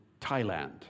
Thailand